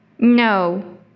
No